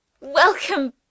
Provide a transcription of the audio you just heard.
Welcome